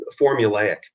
formulaic